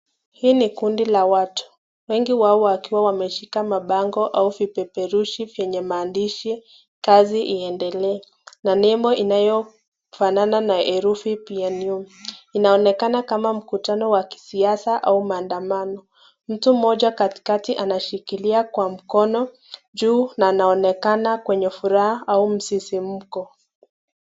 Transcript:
Hii ni kundi la watu. wengi wao wakiwa wameshika mabango au vipeperushi vyenye maandishi kazi iendelee na nembo inayofanana na yenye herufi PNU. Inaonekana kama mkutano wa kisiasa au maandamano. Mtu mmoja katikati anashikilia kwa mkono juu na anaonekana kwenye furaha au msisimuko.